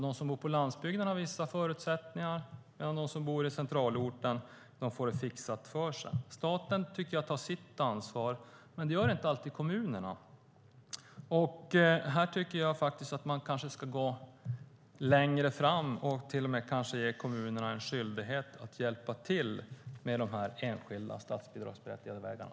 De som bor på landsbygden har vissa förutsättningar, de som bor på centralorten får det fixat för sig. Staten tycker jag tar sitt ansvar, men det gör inte alltid kommunerna. Här tycker jag att man ska gå längre och till och med ge kommunerna en skyldighet att hjälpa till med de enskilda statsbidragsberättigade vägarna.